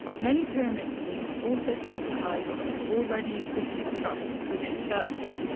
many pyramid schemes also capitalize on already existing trust within churches,